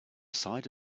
side